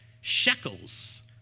Shekels